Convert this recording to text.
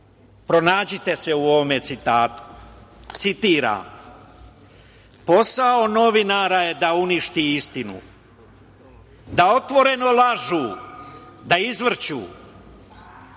pronađite se u ovom citatu. Citiram: „Posao novinara je da uništi istinu, da otvorenu lažu, da izvrću,